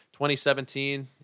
2017